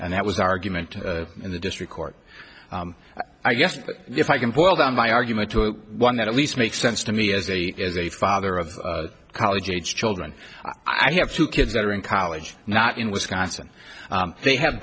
and that was argument in the district court i guess if i can boil down my argument to one that at least makes sense to me as a as a father of college age children i have two kids that are in college not in wisconsin they have